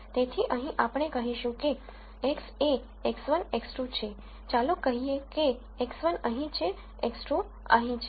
તેથી અહીં આપણે કહીશું કે X એ x1 x2 છે ચાલો કહીએ કે x1 અહીં છે x2 અહીં છે